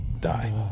die